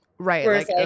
Right